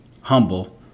humble